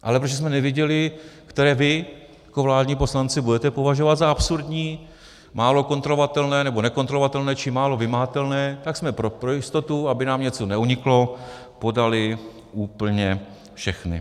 Ale protože jsme nevěděli, které vy jako vládní poslanci budete považovat za absurdní, málo kontrolovatelné nebo nekontrolovatelné či málo vymahatelné, tak jsme pro jistotu, aby nám něco neuniklo, podali úplně všechny.